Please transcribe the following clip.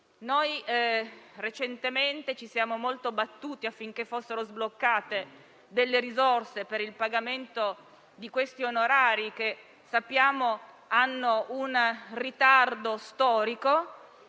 Recentemente ci siamo molto battuti affinché fossero sbloccate delle risorse per il pagamento di questi onorari, che sappiamo hanno un ritardo storico.